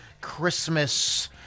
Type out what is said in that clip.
Christmas